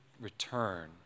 return